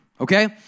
Okay